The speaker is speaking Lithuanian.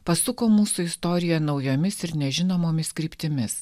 pasuko mūsų istoriją naujomis ir nežinomomis kryptimis